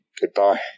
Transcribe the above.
Goodbye